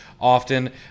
often